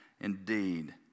indeed